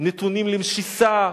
נתונים למשיסה.